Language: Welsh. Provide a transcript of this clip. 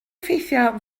ffeithiau